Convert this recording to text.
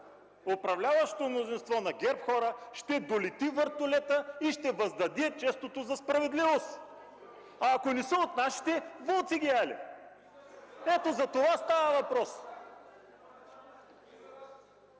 управляващото мнозинство, на ГЕРБ хора, ще долети вертолетът и ще въздаде чувството за справедливост. Ако не са от нашите – вълци ги яли! Ето за това става въпрос.